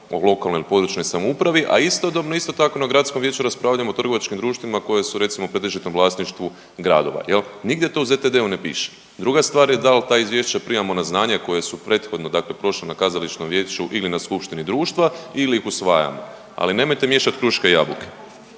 lokalnoj il područnoj samoupravi, a istodobno isto tako na gradskom vijeću raspravljamo o trgovačkim društvima koja su recimo u pretežitom vlasništvu gradova jel, nigdje to u ZTD ne piše. Druga stvar je dal ta izvješća primamo na znanje koje su prethodno dakle prošli na kazališnom vijeću ili na skupštini društva ili ih usvajamo, ali nemojte miješati kruške i jabuke.